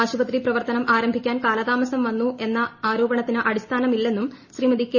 ആശുപത്രി പ്രവർത്തനം ആരംഭിക്കാൻ കാലതാമസം വന്നു എന്ന ആരോപണത്തിന് അടിസ്ഥാനമില്ലെന്നും ശ്രീമതി കെ